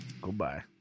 Goodbye